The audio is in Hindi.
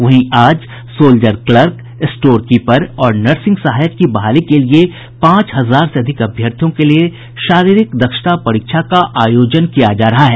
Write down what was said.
वहीं आज सोल्जर क्लर्क स्टोरकीपर और नर्सिंग सहायक की बहाली के लिए पांच हजार से अधिक अभ्यर्थियों के लिए शारीरिक दक्षता परीक्षा का आयोजन किया जा रहा है